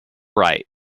right